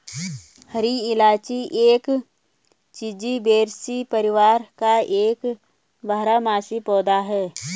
हरी इलायची एक जिंजीबेरेसी परिवार का एक बारहमासी पौधा है